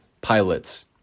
Pilots